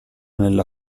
nella